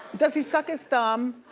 does he suck his thumb?